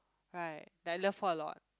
right like I love her a lot